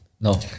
No